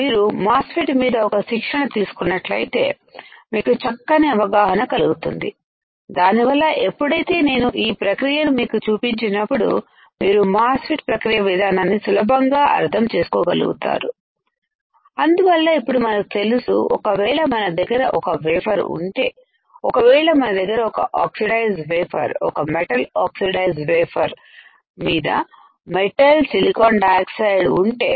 మీరు MOSFET మీద ఒక శిక్షణ తీసుకున్నట్లయితే మీకు చక్కని అవగాహన కలుగుతుంది దానివల్ల ఎప్పుడైతే నేను ఈ ప్రక్రియను మీకు చూపించినప్పుడు మీరు మాస్ ఫెట్ ప్రక్రియ విధానాన్ని సులభంగా అర్థం చేసుకోగలుగుతారు అందువల్ల ఇప్పుడు మనకు తెలుసు ఒకవేళ మన దగ్గర ఒక వేఫర్ ఉంటే ఒకవేళ మన దగ్గర ఒక ఆక్సి డైస్ వేఫర్ ఒక మెటల్ ఆక్సి డైస్ వేఫర్ మీద మెటల్ సిలికాన్ డయాక్సైడ్ ఉంటే